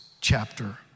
chapter